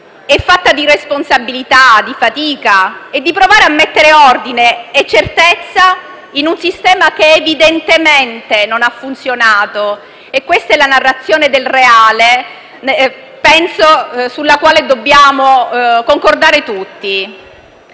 è fatta di responsabilità, di fatica e del tentativo di provare a mettere ordine e certezza in un sistema che evidentemente non ha funzionato. E questa è la narrazione del reale sulla quale pendo che dobbiamo concordare tutti.